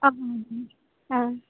ओम औ